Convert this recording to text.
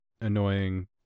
annoying